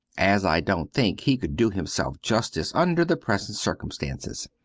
as i don't think he could do himself justice under the present circumstances.